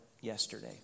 yesterday